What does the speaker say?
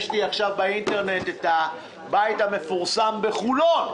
רואה עכשיו באינטרנט את הבית המפורסם בחולון,